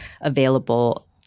available